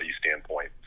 standpoint